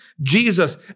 Jesus